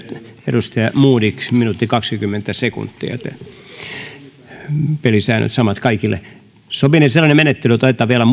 edustaja modig yksi minuutti kaksikymmentä sekuntia arvoisat edustajat pelisäännöt ovat samat kaikille sopinee sellainen menettely että otetaan vielä